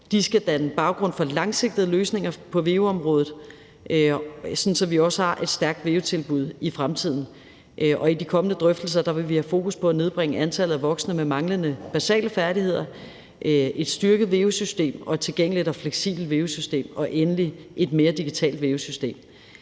De skal danne baggrund for langsigtede løsninger på veu-området, sådan at vi også har et stærkt veu-tilbud i fremtiden. I de kommende drøftelser vil vi have fokus på at nedbringe antallet af voksne med manglende basale færdigheder, et styrket, tilgængeligt og fleksibelt veu-system og endelig et mere digitalt veu-system.